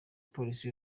polisi